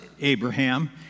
Abraham